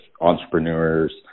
entrepreneurs